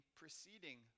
preceding